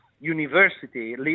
university